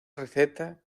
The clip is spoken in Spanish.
receta